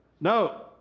No